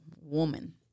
woman